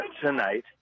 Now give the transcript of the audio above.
tonight